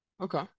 okay